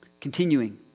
Continuing